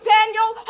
Daniel